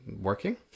working